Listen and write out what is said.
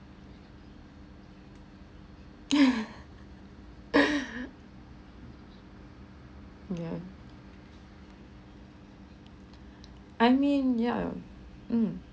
yeah I mean ya mm